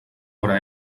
hora